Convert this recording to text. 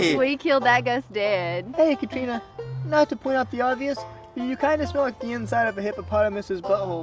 we kill that guy's dead, hey katrina not to point out the obvious you kind of smell like the inside of a hippopotamuses butthole